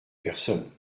personne